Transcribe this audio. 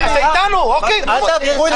זה נועד כדי לעודד